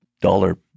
dollar